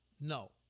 no